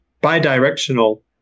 bi-directional